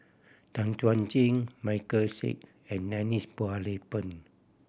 Tan Chuan Jin Michael Seet and Denise Phua Lay Peng